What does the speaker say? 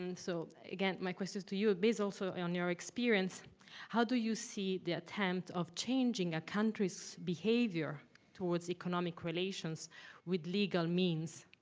and so, again, my question to you based also on your experience how do you see the attempt of changing a country's behavior towards economic relations with legal means?